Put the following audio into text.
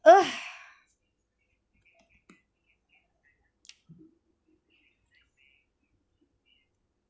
ugh